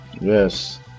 Yes